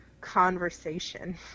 conversation